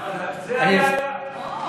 זה היה היעד,